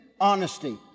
honesty